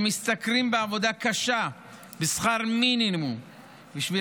שמשתכרים בעבודה קשה שכר מינימום בשביל